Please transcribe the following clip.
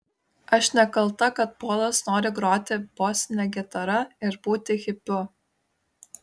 aš nekalta kad polas nori groti bosine gitara ir būti hipiu